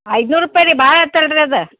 ಐದ್ನೂರು ರೂಪಾಯಿ ರೀ ಭಾಳ್ ಆತು ಅಲ್ರಿ ಅದು